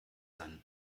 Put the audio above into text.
seinen